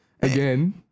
Again